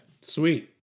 Sweet